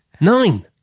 nine